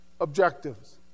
objectives